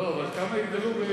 כמה התגלו?